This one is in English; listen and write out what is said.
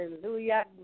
hallelujah